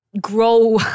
grow